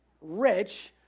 rich